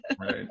Right